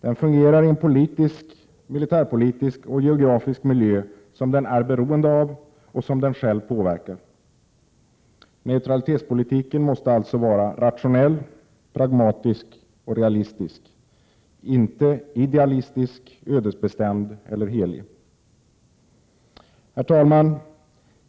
Den fungerar i en Politisk, militärpolitisk och geografisk miljö, som den är beroende av och som den själv påverkar. Neutralitetspolitiken måste alltså vara rationell, pragmatisk och realistisk —- inte idealistisk, ödesbestämd eller helig. Herr talman!